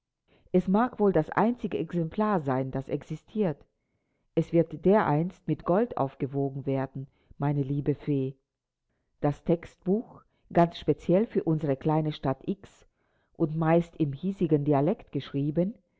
es mag wohl das einzige exemplar sein das existiert es wird dereinst mit gold aufgewogen werden meine liebe fee das textbuch ganz speziell für unsere kleine stadt x und meist im hiesigen dialekt geschrieben